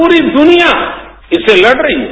पूरी दुनिया इससे लड़ रही है